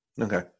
Okay